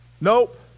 nope